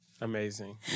Amazing